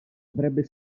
avrebbe